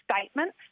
statements